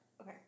Okay